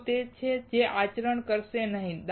તે તે છે જે આચરણ કરશે નહીં